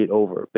over